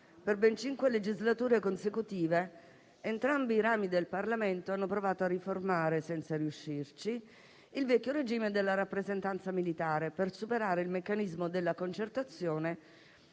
Per ben cinque legislature consecutive entrambi i rami del Parlamento hanno provato a riformare, senza riuscirvi, il vecchio regime della rappresentanza militare per superare il meccanismo della concertazione